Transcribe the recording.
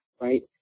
right